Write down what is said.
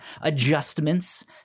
adjustments